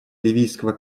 ливийского